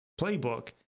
playbook